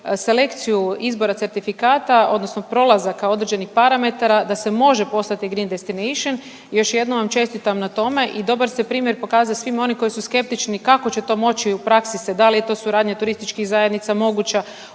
selekciju izbora certifikata odnosno prolazaka određenih parametara da se može postati Green Destination. Još jednom vam čestitam na tome i dobar ste primjer pokazali svim onim koji su skeptični kako će to moći u praksi se, da li je to suradnja TZ-a moguća